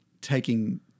taking